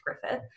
Griffith